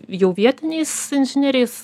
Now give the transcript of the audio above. jau vietiniais inžinieriais